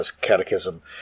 catechism